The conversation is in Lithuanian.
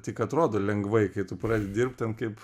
tik atrodo lengvai kai tu pradedi dirbt ten kaip